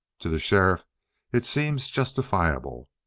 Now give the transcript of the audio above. to the sheriff it seems justifiable.